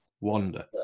wander